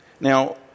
Now